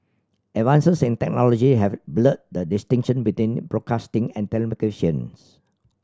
advances in technology have blurred the distinction between broadcasting and telecommunications